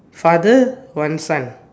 father one son